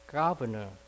governor